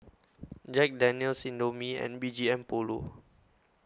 Jack Daniel's Indomie and B G M Polo